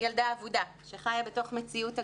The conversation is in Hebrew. ילדה אבודה שחיה בתוך מציאות עגומה,